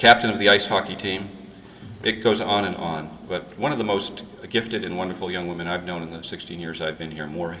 captain of the ice hockey team it goes on and on but one of the most gifted and wonderful young women i've known in the sixteen years i've been here more